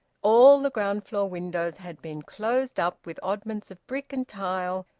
all the ground-floor windows had been closed up with oddments of brick and tile,